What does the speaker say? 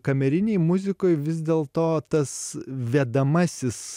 kamerinėj muzikoj vis dėl to tas vedamasis